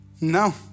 No